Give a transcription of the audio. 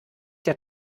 der